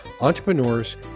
entrepreneurs